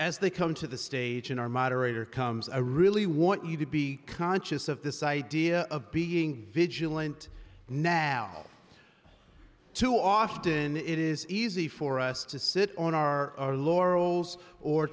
as they come to the stage and our moderator comes a really want you to be conscious of this idea of being vigilant now too often it is easy for us to sit on our laurels or